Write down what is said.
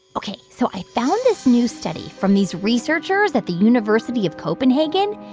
ok, so i found this new study from these researchers at the university of copenhagen.